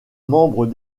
membres